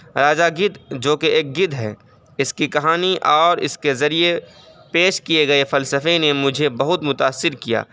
راجا گدھ جو کہ ایک گدھ ہے اس کی کہانی اور اس کے ذریعے پیش کیے گئے فلسفے نے مجھے بہت متاثر کیا